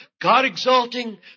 God-exalting